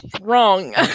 Wrong